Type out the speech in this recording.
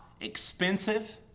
expensive